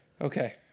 Okay